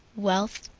wealth.